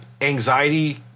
anxiety